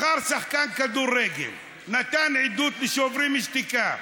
מחר שחקן כדורגל נתן עדות לשוברים שתיקה,